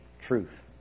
truth